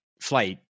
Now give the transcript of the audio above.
flight